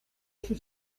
sus